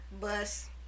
Bus